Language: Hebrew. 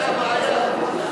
זו הבעיה.